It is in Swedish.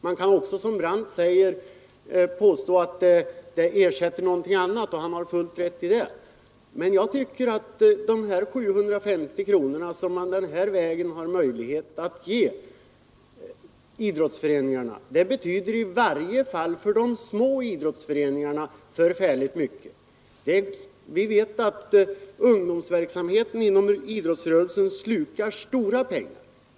Man kan också, som herr Brandt gör, påstå att det ersätter något annat — han har fullt rätt i det. Men jag tycker att dessa 750 kronor som man den här vägen har möjlighet att ge idrottsföreningarna betyder i varje fall för de små idrottsföreningarna förfärligt mycket. Vi vet att ungdomsverksamheten inom idrottsrörelsen slukar stora pengar.